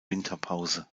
winterpause